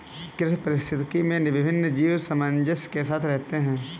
कृषि पारिस्थितिकी में विभिन्न जीव सामंजस्य के साथ रहते हैं